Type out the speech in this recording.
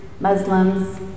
Muslims